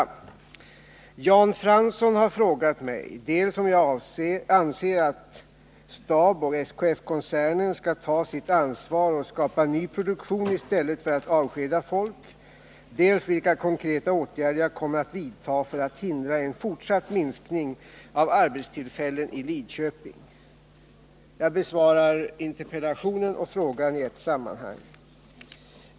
Jan Fransson har frågat mig dels om jag anser att STAB och SKF koncernen skall ta sitt ansvar och skapa ny produktion i stället för att avskeda folk, dels vilka konkreta åtgärder jag kommer att vidta för att hindra en fortsatt minskning av arbetstillfällen i Lidköping. Jag besvarar interpellationen och frågan i ett sammanhang.